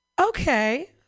Okay